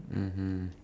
mmhmm